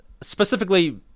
specifically